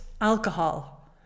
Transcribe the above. alcohol